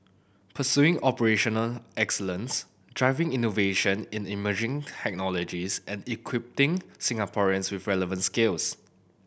pursuing operational excellence driving innovation in the emerging technologies and equipping Singaporeans with relevant skills